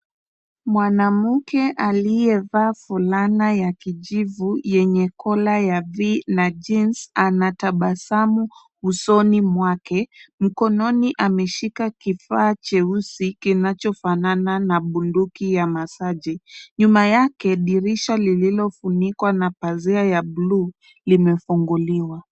Mwanamke aliyevaa fulana ya kijivu yenye kola ya V na jeans , anatabasamu usoni mwake. Mkononi ameshika kifaa cheusi kinachofanana na bunduki ya masaji . Nyuma yake dirisha lililofunikwa na pazia ya buluu limefunguliwa.